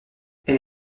elle